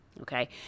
Okay